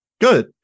Good